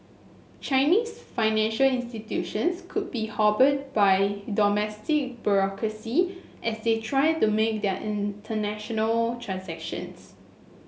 Chinese financial institutions could be hobbled by domestic bureaucracy as they try to make their international transactions